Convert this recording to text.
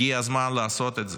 הגיע הזמן לעשות את זה.